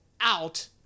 out